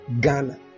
ghana